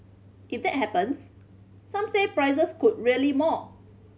if that happens some said prices could rally more